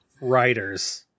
Writers